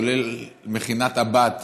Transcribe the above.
כולל מכינת הבת